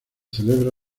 celebra